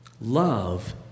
Love